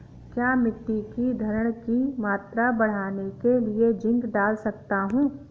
क्या मिट्टी की धरण की मात्रा बढ़ाने के लिए जिंक डाल सकता हूँ?